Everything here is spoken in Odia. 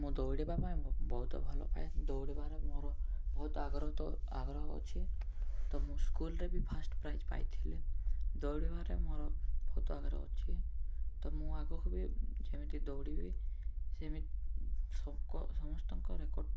ମୁଁ ଦୌଡ଼ିବା ପାଇଁ ବହୁତ ଭଲ ପାଏ ଦୌଡ଼ିବାରେ ମୋର ବହୁତ ଆଗ୍ରହ ତ ଆଗ୍ରହ ଅଛି ତ ମୁଁ ସ୍କୁଲ୍ରେ ବି ଫାର୍ଷ୍ଟ ପ୍ରାଇଜ୍ ପାଇଥିଲି ଦୌଡ଼ିବାରେ ମୋର ବହୁତ ଆଗ୍ରହ ଅଛି ତ ମୁଁ ଆଗକୁ ବି ଯେମିତି ଦୌଡ଼ିବି ସେମିତି ସମସ୍ତଙ୍କ ରେକର୍ଡ଼